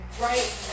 right